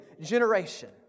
generation